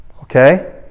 okay